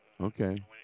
Okay